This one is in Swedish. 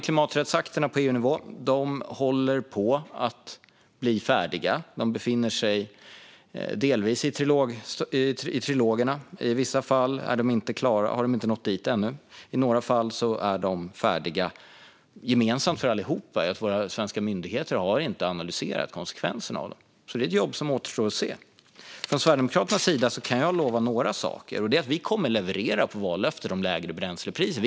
Klimaträttsakterna på EU-nivå håller på att bli färdiga. De befinner sig delvis i trilogerna, och i vissa fall har de inte nått dit ännu. I några fall är de färdiga. Gemensamt för allihop är att våra svenska myndigheter inte har analyserat konsekvenserna av dem. Det är alltså ett jobb som återstår att göra. Från Sverigedemokraternas sida kan jag lova några saker. Vi kommer att leverera på vallöftet om lägre bränslepriser.